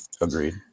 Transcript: Agreed